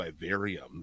vivarium